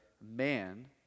man